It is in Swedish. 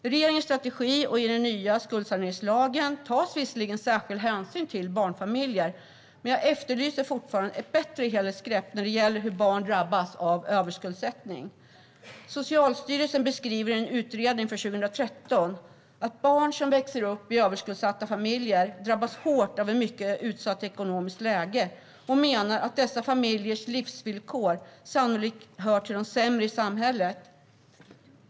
I regeringens strategi och i den nya skuldsaneringslagen tas visserligen särskild hänsyn till barnfamiljer. Men jag efterlyser fortfarande ett bättre helhetsgrepp när det gäller hur barn drabbas av överskuldsättning. Socialstyrelsen beskriver i en utredning från 2013 att barn som växer upp i överskuldsatta familjer drabbas hårt av ett mycket utsatt ekonomiskt läge. Man menar att dessa familjers livsvillkor sannolikt hör till de sämre i samhället.